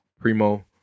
primo